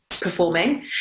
performing